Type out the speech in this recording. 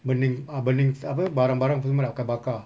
burning ah burning apa barang barang semua nak ah kan bakar